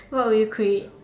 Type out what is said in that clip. what would you create